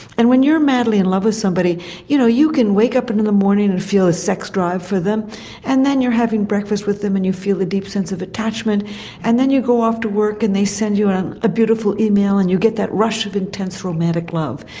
and when you're madly in love with somebody you know you can wake up in in the morning and feel a sex drive for them and then you're having breakfast with them and you feel the deep sense of attachment and then you go off to work and they send you a beautiful beautiful email and you get that rush of intense romantic love.